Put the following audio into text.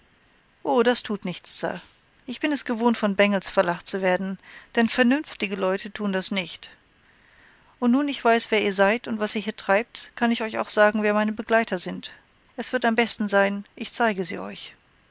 o das tut nichts sir ich bin es gewohnt von bengels verlacht zu werden denn vernünftige leute tun das nicht und nun ich weiß wer ihr seid und was ihr hier treibt kann ich euch auch sagen wer meine begleiter sind es wird am besten sein ich zeige sie euch